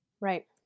Right